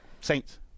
Saints